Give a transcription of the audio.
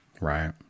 Right